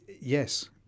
Yes